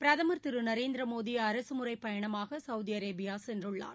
பிரதமர் திரு நரேந்திரமோடி அரசுமுறை பயணமாக சவுதி அரேபியா சென்றார்